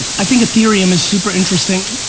i think a theorem is super interesting.